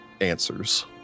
answers